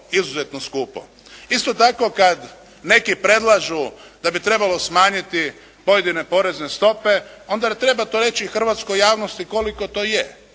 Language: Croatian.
Isto tako kada neki predlažu da bi trebalo smanjiti pojedine porezne stope, onda to treba reći i hrvatskoj javnosti koliko to je.